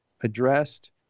addressed